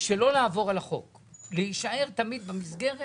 שלא לעבור על החוק אלא להישאר תמיד במסגרת.